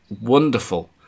wonderful